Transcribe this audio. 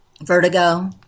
vertigo